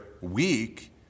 weak